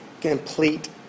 complete